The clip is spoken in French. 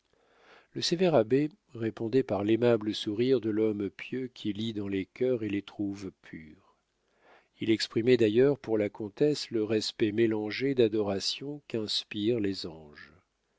le sévère abbé répondait par l'aimable sourire de l'homme pieux qui lit dans les cœurs et les trouve purs il exprimait d'ailleurs pour la comtesse le respect mélangé d'adoration qu'inspirent les anges